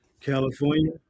California